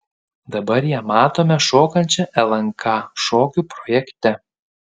dabar ją matome šokančią lnk šokių projekte